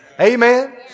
Amen